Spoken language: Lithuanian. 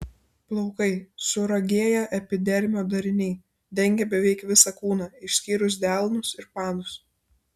plaukai suragėję epidermio dariniai dengia beveik visą kūną išskyrus delnus ir padus